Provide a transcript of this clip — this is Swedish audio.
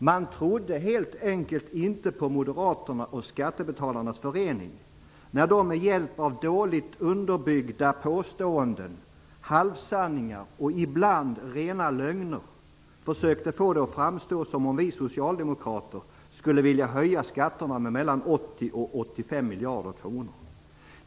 Man trodde helt enkelt inte på Moderaterna och Skattebetalarnas förening, när de med hjälp av dåligt underbyggda påståenden, halvsanningar och ibland rena lögner försökte få det att framstå som om vi socialdemokrater skulle vilja höja skatterna med mellan 80 och 85 miljarder kronor.